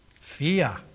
Fear